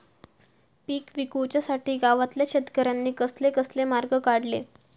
पीक विकुच्यासाठी गावातल्या शेतकऱ्यांनी कसले कसले मार्ग काढले?